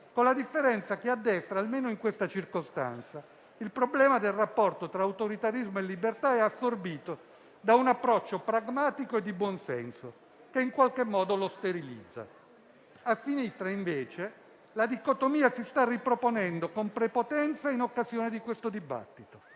con la differenza che a destra, almeno in questa circostanza, il problema del rapporto tra autoritarismo e libertà è assorbito da un approccio pragmatico e di buonsenso che in qualche modo lo sterilizza. A sinistra, invece, la dicotomia si sta riproponendo con prepotenza in occasione di questo dibattito.